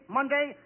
Monday